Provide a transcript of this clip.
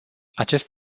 acest